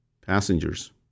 passengers